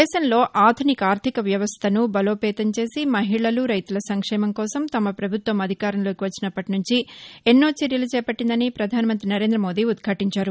దేశంలో ఆధునిక ఆర్లిక వ్యవస్లను బలోపేతం చేసి మహిళలు రైతుల సంక్షేమం కోసం తమ ప్రభుత్వం అధికారంలోకి వచ్చినప్పటి నుంచి ఎన్నో చర్యలు చేపట్టిందని ప్రధానమంత్రి నరేంద్రమోదీ ఉద్ఘటించారు